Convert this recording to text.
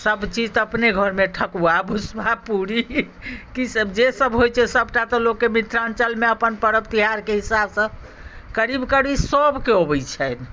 सभचीज तऽ अपने घरमे ठकुआ भुसबा पूरी कीसभ जेसभ होइत छै सभटा तऽ लोकके मिथिलाञ्चलमे अपन पर्व त्योहारके हिसाबसँ करीब करीब सभके अबैत छनि